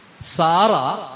Sara